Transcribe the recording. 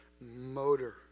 motor